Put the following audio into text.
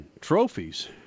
trophies